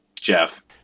Jeff